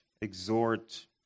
exhort